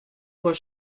fois